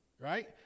right